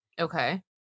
Okay